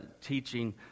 teaching